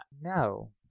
No